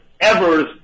Evers